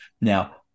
Now